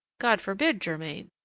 god forbid, germain!